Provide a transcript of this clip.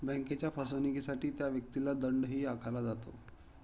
बँकेच्या फसवणुकीसाठी त्या व्यक्तीला दंडही आकारला जातो